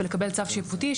ולקבל צו שיפוטי,